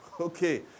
okay